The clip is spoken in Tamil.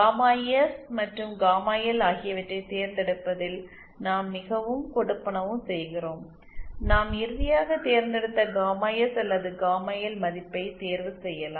காமா எஸ் மற்றும் காமா எல் ஆகியவற்றைத் தேர்ந்தெடுப்பதில் நாம் மிகவும் கொடுப்பனவு செய்கிறோம் நாம் இறுதியாக தேர்ந்தெடுத்த காமா எஸ் அல்லது காமா எல் மதிப்பை தேர்வு செய்யலாம்